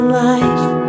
life